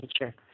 nature